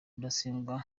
rudasingwa